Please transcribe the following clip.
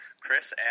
Chris